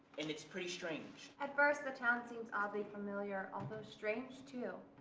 and it's pretty strange. at first, the town seems oddly familiar although strange too.